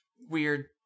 weird